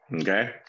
Okay